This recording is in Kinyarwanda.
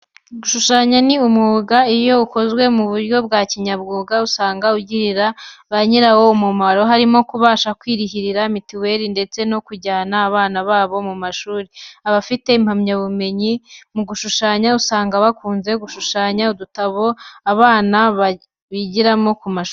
Gushushanya ni umwuga iyo ukozwe mu buryo bwa kinyamwuga usanga ugirira ba nyirawo umumaro, harimo kubasha kwirihira mituwere ndetse no kujyana abana babo mu ma shuri. Abafite impamyabumyenyi mu gushushanya, usanga bakunze gushushanya udutabo abana bato bigiramo ku mashuri.